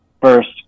first